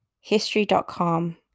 History.com